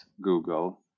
Google